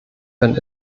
wenn